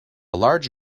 large